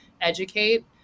educate